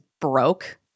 broke